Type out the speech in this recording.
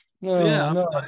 No